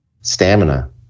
stamina